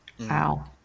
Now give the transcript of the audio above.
wow